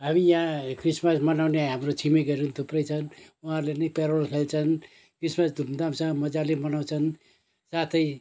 हामी यहाँ क्रिसमस मनाउने हाम्रो छिमेकीहरू पनि थुप्रै छन् उहाँहरूले पनि क्यारल खेल्छन् क्रिसमस धुमधामसँग मजाले मनाउँछन् साथै